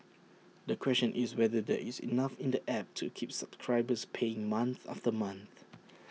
the question is whether there is enough in the app to keep subscribers paying month after month